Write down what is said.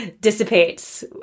dissipates